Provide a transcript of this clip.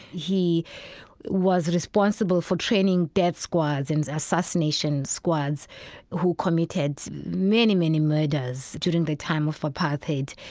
he was responsible for training death squads and assassination squads who committed many, many murders during the time of apartheid.